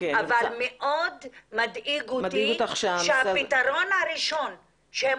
אבל מאוד מדאיג אותי שהפתרון הראשון שהם